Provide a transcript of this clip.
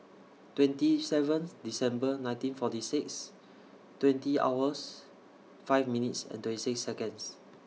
twenty seventh December nineteen forty six twenty hours five minutes and twenty six Seconds